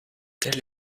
tel